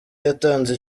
yatanze